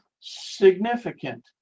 significant